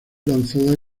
lanzada